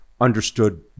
understood